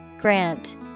Grant